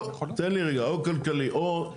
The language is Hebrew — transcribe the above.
תן לי רגע, או כלכלי או,